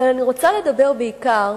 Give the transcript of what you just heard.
אבל, אני רוצה לדבר בעיקר